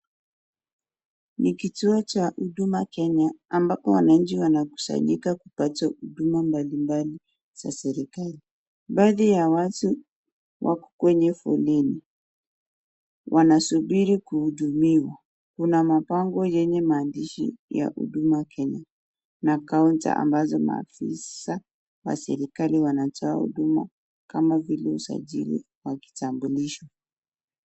Ni kituo cha huduma Kenya ambapo wananchi wanakusanyika kupata huduma mbalimbali za kiserekali. Baadhi ya watu wako kwenye foleni wanasubiri kuhudumiwa, kuna mabango yenye maandishi ya Huduma Kenya na kaunta ambazo maafisa wa serekali wanatoa huduma kama vile usajili wa kitambulisho.